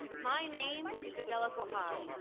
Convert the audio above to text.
my name is adela cojab.